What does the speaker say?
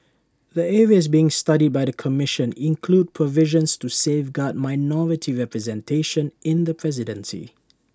the areas being studied by the commission include provisions to safeguard minority representation in the presidency